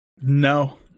No